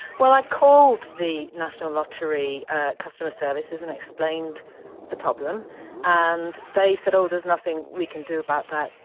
well i called the national lottery customer services and explained the problem and they said oh, there's nothing we can do about that.